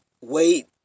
wait